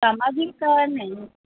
सामाजिक नाही